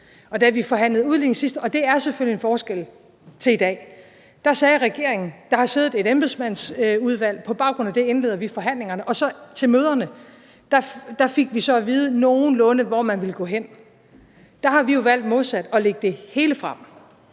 Og da vi forhandlede udligning sidst – og det er selvfølgelig en forskel til i dag – der sagde regeringen: Der har siddet et embedsmandsudvalg, og på baggrund af det indleder vi forhandlingerne. Og til møderne fik vi så at vide, nogenlunde hvor man ville gå hen. Der har vi valgt, modsat, at lægge det hele frem.